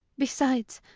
besides,